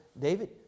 David